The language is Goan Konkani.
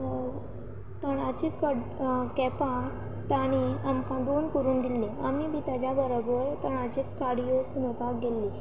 तणाची कॅपां ताणीं आमकां दोन करून दिल्लीं आमी बी ताच्या बरोबर तणाची काडयो पुजावपाक गेल्लीं